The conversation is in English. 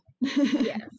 Yes